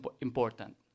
important